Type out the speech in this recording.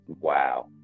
wow